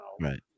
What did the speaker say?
Right